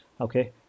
Okay